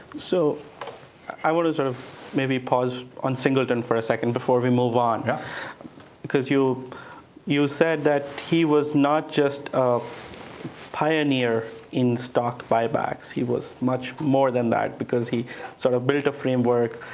so i want to sort of maybe pause on singleton for a second before we move on yeah because you you said that he was not just a pioneer in stock buybacks, he was much more than that because he sort of built a framework